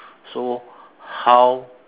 so how